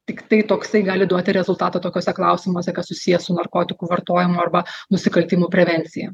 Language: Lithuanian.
tiktai toksai gali duoti rezultatų tokiuose klausimuose kas susiję su narkotikų vartojimu arba nusikaltimų prevencija